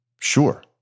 Sure